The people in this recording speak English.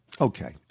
Okay